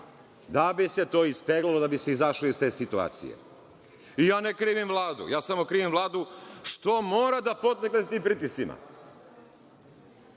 Da bi se to ispeglalo, da bi se izašlo iz te situacije. Ja ne krivim Vladu, krivim samo Vladu što mora da podlegne tim pritiscima.